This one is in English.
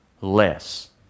less